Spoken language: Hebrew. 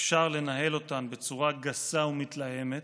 אפשר לנהל אותן בצורה גסה ומתלהמת,